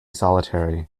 solitary